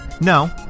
No